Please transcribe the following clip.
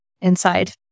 inside